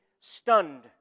stunned